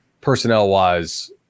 personnel-wise